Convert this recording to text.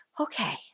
okay